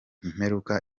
imperuka